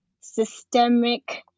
systemic